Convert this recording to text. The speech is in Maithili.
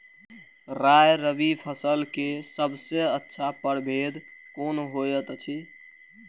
राय रबि फसल के सबसे अच्छा परभेद कोन होयत अछि?